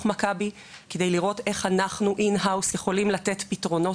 "מכבי" כדי לראות איך אנחנו יכולים לתת אצלנו פתרונות